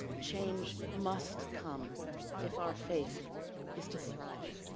change must come if our faith is to thrive.